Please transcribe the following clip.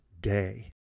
day